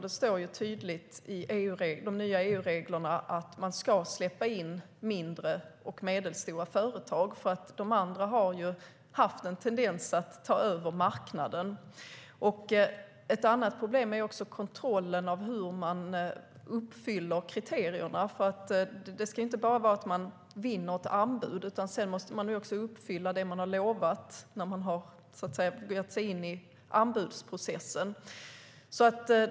Det står tydligt i de nya EU-reglerna att man ska släppa in mindre och medelstora företag; de andra har haft en tendens att ta över marknaden. Ett annat problem är kontrollen av hur man uppfyller kriterierna. Det ska inte bara vara att man vinner ett anbud; sedan måste man också uppfylla det man lovade när man gav sig in i anbudsprocessen.